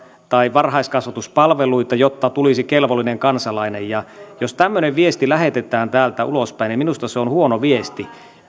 tai varhaiskasvatuspalveluita jotta tulisi kelvollinen kansalainen ja jos tämmöinen viesti lähetetään täältä ulospäin niin minusta se on huono viesti